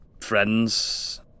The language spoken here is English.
friends